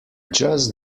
just